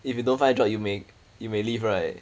if you don't find job you may you may leave right